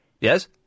Yes